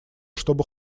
чтобы